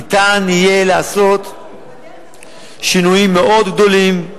ניתן יהיה לעשות שינויים מאוד גדולים,